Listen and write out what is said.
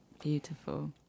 beautiful